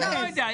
אני לא יודע.